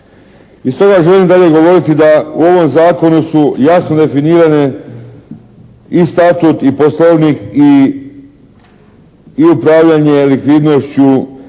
I stoga želim dalje govoriti da u ovom zakonu su jasno definirane i statut i poslovnik i upravljanje likvidnošću